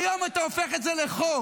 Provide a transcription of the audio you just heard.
והיום אתה הופך את זה לחוק.